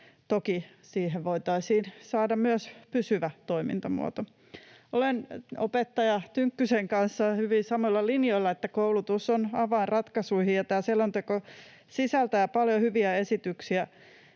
Toki siihen voitaisiin saada myös pysyvä toimintamuoto. Olen opettaja Tynkkysen kanssa hyvin samoilla linjoilla siinä, että koulutus on avain ratkaisuihin. Ja tämä selonteko sisältää paljon hyviä esityksiä,